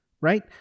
Right